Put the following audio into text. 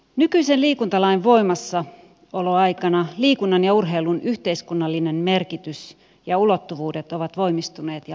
nykyisen liikuntalain voimassaoloaikana liikunnan ja urheilun yhteiskunnallinen merkitys ja ulottuvuudet ovat voimistuneet ja laajentuneet